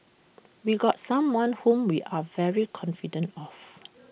we got someone whom we are very confident of